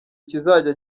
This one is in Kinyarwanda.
kizajya